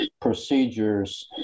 Procedures